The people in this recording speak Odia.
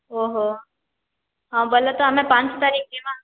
ଓହୋ ହଁ ବେଲେ ତ ଆମେ ପାଞ୍ଚ୍ ତାରିଖ୍ ଯିମା